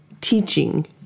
teaching